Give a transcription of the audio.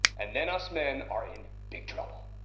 and then us men are in big trouble.